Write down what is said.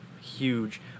huge